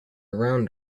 around